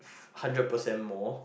hundred percent more